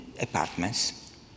apartments